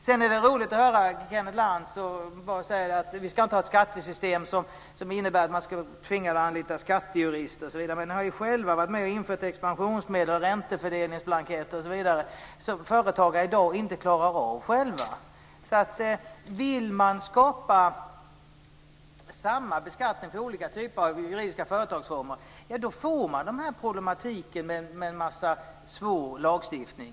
Det var roligt att höra Kenneth Lantz som säger att vi inte ska ha ett skattesystem som innebär att man är tvingad att anlita skattejurister. Men ni har själva varit med och infört expansionsmedel, räntefördelningsblanketter osv. som företagarna i dag inte klarar av själva. Vill man skapa samma beskattning för olika typer av juridiska företagsformer får man problem med en svår lagstiftning.